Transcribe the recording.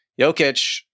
Jokic